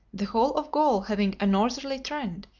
the whole of gaul having a northerly trend,